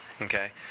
Okay